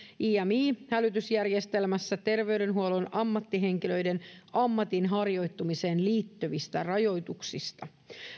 imi hälytysjärjestelmässä terveydenhuollon ammattihenkilöiden ammatinharjoittamiseen liittyvistä rajoituksista